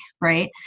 right